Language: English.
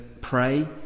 pray